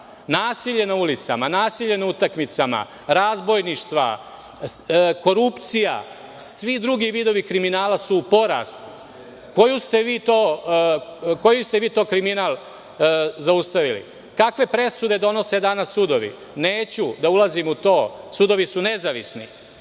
Nasilje na ulicama, nasilje na utakmicama, razbojništva, korupcija i sve drugi vidovi kriminala su u porastu. Koji ste vi to kriminal zaustavili? Kakve presude donose danas sudovi? Neću da ulazim u to, sudovi su nezavisni. Sami